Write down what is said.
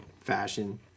fashion